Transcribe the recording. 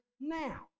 now